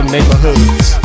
neighborhoods